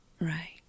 Right